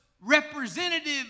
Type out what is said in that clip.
representative